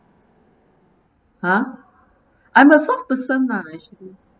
!huh! I'm a soft person lah actually